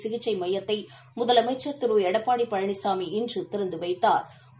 சிகிக்சை மையத்தை முதலமைச்சா் திரு எடப்பாடி பழனிசாமி இன்று திறந்து வைத்தாா்